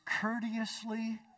courteously